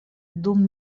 dum